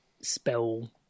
spell